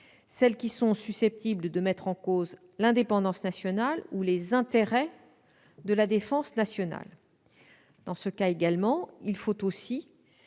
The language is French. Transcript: celles qui sont susceptibles de mettre en cause l'indépendance nationale ou les intérêts de la défense nationale, il faut aussi